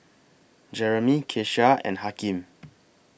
Jeremy Keshia and Hakeem